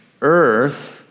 earth